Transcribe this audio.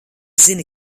zini